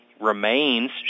remains